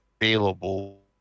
available